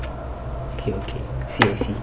okay okay I see I see